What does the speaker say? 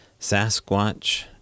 sasquatch